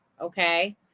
okay